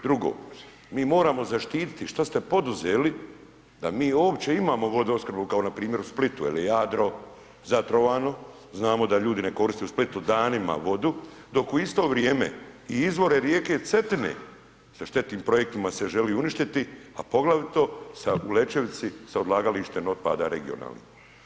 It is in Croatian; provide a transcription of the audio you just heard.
Drugo, mi moramo zaštititi što ste poduzeli da mi uopće imamo vodoopskrbu kao npr. u Splitu jer je Jadro zatrovano, znamo da ljudi ne koriste u Splitu danima vodu, dok u isto vrijeme i izvore rijeke Cetine sa štetnim projektima se želi uništiti, a poglavito sa u Lečevici sa odlagalištem otpada regionalnim.